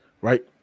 right